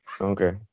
Okay